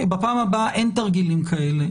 בפעם הבאה אין תרגילים כאלה,